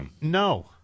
No